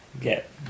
get